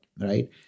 Right